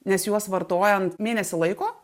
nes juos vartojant mėnesį laiko